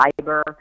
fiber